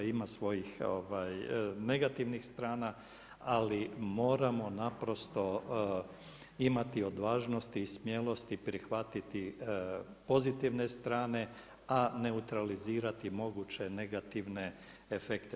Ima svojih negativnih strana, ali moramo naprosto imati odvažnosti i smjelosti prihvatiti pozitivne strane, a neutralizirati moguće negativne efekte